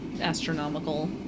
astronomical